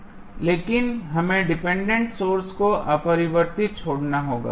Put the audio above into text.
लेकिन हमें dependent sources को अपरिवर्तित छोड़ना होगा